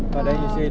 err